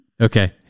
Okay